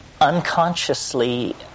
unconsciously